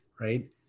right